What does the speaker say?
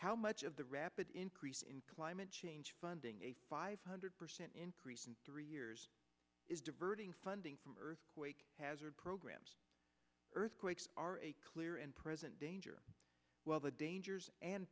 how much of the rapid increase in climate change funding a five hundred percent increase in three years is diverting funding from earthquake hazard programs earthquakes are a clear and present danger while the dangers and